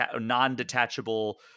non-detachable